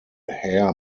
hair